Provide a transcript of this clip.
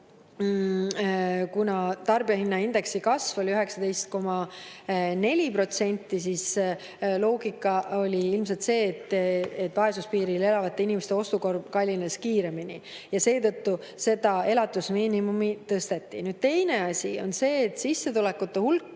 kuna tarbijahinnaindeksi kasv oli 19,4%, siis loogika oli ilmselt see, et vaesuspiiril elavate inimeste ostukorv kallines kiiremini. Seetõttu elatusmiinimumi tõsteti. Teine asi on see, et sissetulekute hulka